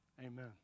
Amen